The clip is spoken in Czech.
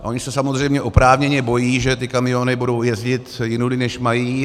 Oni se samozřejmě oprávněně bojí, že ty kamiony budou jezdit jinudy, než mají.